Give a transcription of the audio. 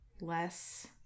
less